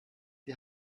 die